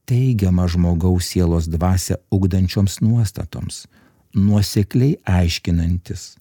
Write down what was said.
teigiamą žmogaus sielos dvasią ugdančioms nuostatoms nuosekliai aiškinantis